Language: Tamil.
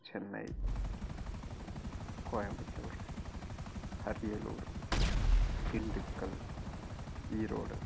சென்னை கோயம்புத்தூர் அரியலூர் திண்டுக்கல் ஈரோடு